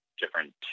different